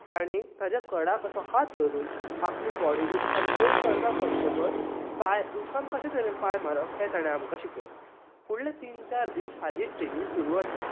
आनी ताज्या कडाक असो हात धरून आपली बॉडी उदकांत फ्लाॅट करता करतां पांय उदकांत पांय कशे तरेन मारप हें आमकां ताणें शिकयलें फुडले तीन चार दिस हाजीच ट्रेनींग सुरु आशिल्ली